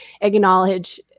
acknowledge